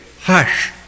hush